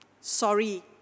Sorry